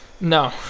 No